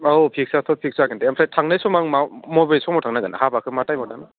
औ फिक्सयाथ' फिक्स जागोन दे आमफ्राय थांनाय समाव आं मा मबे समाव थांनांगोन हाबाखौ मा टाइमआव दानो